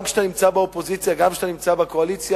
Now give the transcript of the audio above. גם כשאתה נמצא באופוזיציה וגם כשאתה נמצא בקואליציה,